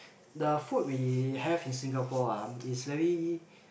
the food we have in Singapore ah is very